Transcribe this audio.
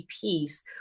piece